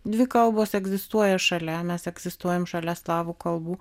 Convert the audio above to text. dvi kalbos egzistuoja šalia mes egzistuojam šalia slavų kalbų